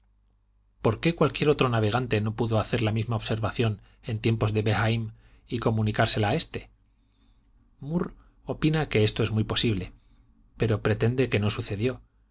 por qué cualquier otro navegante no pudo hacer la misma observación en tiempos de behaim y comunicársela a éste murr opina que esto es muy posible pero pretende que no sucedió